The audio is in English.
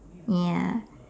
ya